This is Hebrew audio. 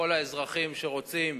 כל האזרחים שרוצים